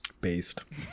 based